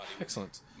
Excellent